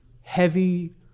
heavy